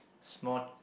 it's more